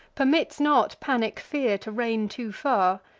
permits not panic fear to reign too far,